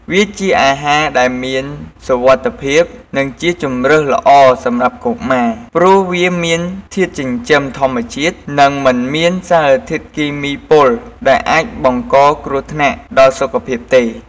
វាជាអាហារដែលមានសុវត្ថិភាព និងជាជម្រើសល្អសម្រាប់កុមារ ព្រោះវាមានធាតុចិញ្ចឹមធម្មជាតិ និងមិនមានសារធាតុគីមីពុលដែលអាចបង្កគ្រោះថ្នាក់ដល់សុខភាពទេ។